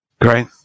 Great